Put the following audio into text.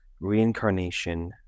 reincarnation